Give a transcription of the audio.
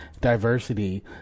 diversity